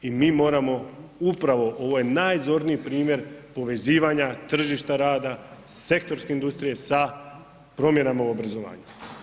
I mi moramo upravo, ovo je najzorniji primjer povezivanja tržišta rada, sektorske industrije sa promjenama u obrazovanju.